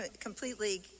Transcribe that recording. completely